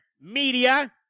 media